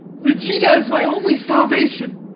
regina is my only salvation!